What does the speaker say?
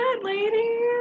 ladies